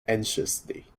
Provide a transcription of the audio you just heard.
anxiously